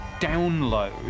download